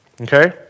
okay